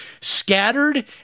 scattered